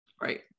right